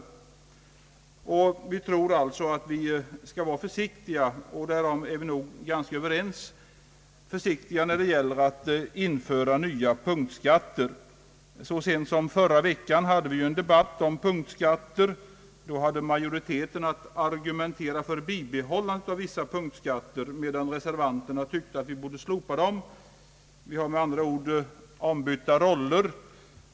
Utskottsmajoriteten anser alltså att det är bäst att vara försiktig med att införa nya punktskatter, och därom är nog de flesta överens. Så sent som i förra veckan förde vi en debatt om punktskatter. Då hade majoriteten att argumentera för bibehållandet av vissa sådana, medan reservanterna tyckte att vi borde slopa dem. I dag är det ombytta roller.